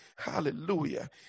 Hallelujah